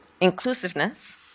inclusiveness